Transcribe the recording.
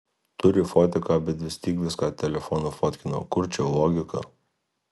turi fotiką bet vis tiek viską telefonu fotkino kur čia logika